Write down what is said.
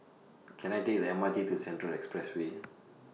Can I Take The M R T to Central Expressway